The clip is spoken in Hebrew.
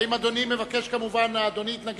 האם אדוני מתנגד לגופה